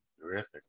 Terrific